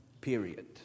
period